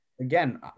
again